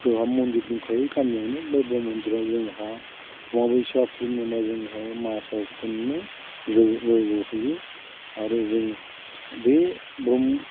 जोंहा मन्दिर दंखायो गामियावनो ब्रह्म मन्दिराव जोंहा अमाबस्या पुर्निमा जोंहा मासाव खननै जय्ग होयो आरो जों बे ब्रह्म